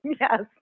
Yes